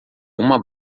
uma